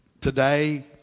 Today